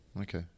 Okay